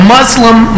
Muslim